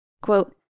Quote